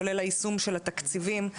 כולל היישום של התקציבים.